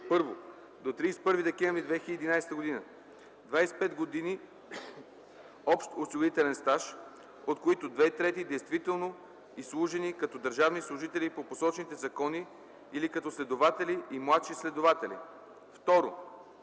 1. до 31 декември 2011 г. – 25 години общ осигурителен стаж, от които две трети действително изслужени като държавни служители по посочените закони или като следователи и младши следователи; 2. от